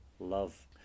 love